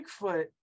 bigfoot